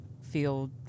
feel